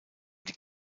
die